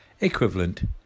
equivalent